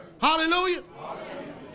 Hallelujah